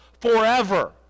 forever